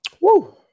Woo